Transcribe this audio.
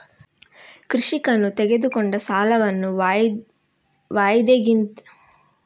ಕೃಷಿಕನು ತೆಗೆದುಕೊಂಡ ಸಾಲವನ್ನು ವಾಯಿದೆಗಿಂತ ಮೊದಲೇ ಕಟ್ಟಿದರೆ ಬಡ್ಡಿ ಕಟ್ಟುವುದರಲ್ಲಿ ಏನಾದರೂ ಚೇಂಜ್ ಆಗ್ತದಾ?